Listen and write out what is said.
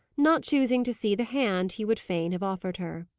not choosing to see the hand he would fain have offered her.